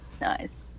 Nice